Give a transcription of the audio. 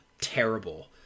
terrible